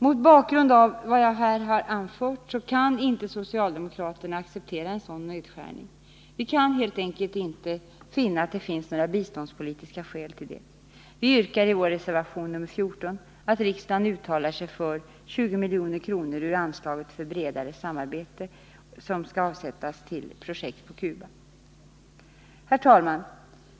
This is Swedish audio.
Mot bakgrund av vad jag här har anfört kan inte socialdemokraterna acceptera en sådan nedskärning. Vi kan helt enkelt inte finna några biståndspolitiska skäl till detta. Vi yrkar i vår reservation nr 14 att riksdagen skall uttala att 20 milj.kr. ur anslaget för bredare samarbete skall avsättas för projekt på Cuba. Herr talman!